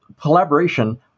collaboration